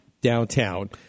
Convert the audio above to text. downtown